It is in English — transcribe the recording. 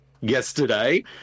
yesterday